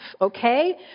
Okay